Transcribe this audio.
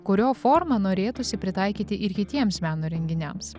kurio formą norėtųsi pritaikyti ir kitiems meno renginiams